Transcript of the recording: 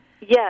Yes